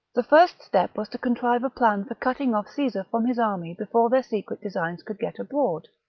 the first step was to contrive a plan for cutting off caesar from his army before their secret designs could get abroad.